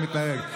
ייעוץ משפטי.